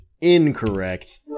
incorrect